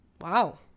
Wow